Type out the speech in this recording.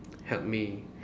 help me